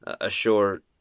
assure